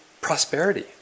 prosperity